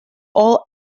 all